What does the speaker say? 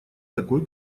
такой